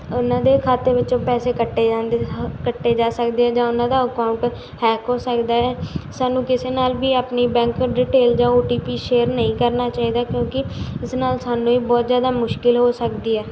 ਉਹਨਾਂ ਦੇ ਖ਼ਾਤੇ ਵਿੱਚੋਂ ਪੈਸੇ ਕੱਟੇ ਜਾਂਦੇ ਹ ਕੱਟੇ ਜਾ ਸਕਦੇ ਆ ਜਾਂ ਉਹਨਾਂ ਦਾ ਅਕਾਊਂਟ ਹੈਕ ਹੋ ਸਕਦਾ ਹੈ ਸਾਨੂੰ ਕਿਸੇ ਨਾਲ ਵੀ ਆਪਣੀ ਬੈਂਕ ਡਿਟੇਲ ਜਾਂ ਓ ਟੀ ਪੀ ਸ਼ੇਅਰ ਨਹੀਂ ਕਰਨਾ ਚਾਹੀਦਾ ਕਿਉਂਕਿ ਇਸ ਨਾਲ ਸਾਨੂੰ ਹੀ ਬਹੁਤ ਜ਼ਿਆਦਾ ਮੁਸ਼ਕਿਲ ਹੋ ਸਕਦੀ ਹੈ